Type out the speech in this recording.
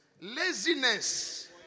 Laziness